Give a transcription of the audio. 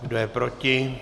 Kdo je proti?